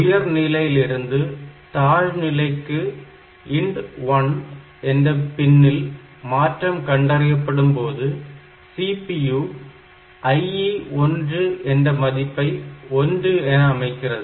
உயர் நிலையிலிருந்து தாழ் நிலைக்கு INT1 என்ற பின்னில் மாற்றம் கண்டறியப்படும் போது CPU IE1 ன் மதிப்பை 1 என அமைக்கிறது